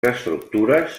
estructures